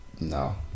No